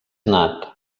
nat